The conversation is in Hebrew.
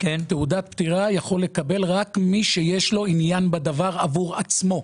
תעודת פטירה יכול לקבל רק מי שיש לו עניין בדבר עבור עצמו.